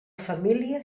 família